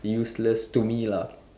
useless to me lah